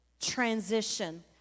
transition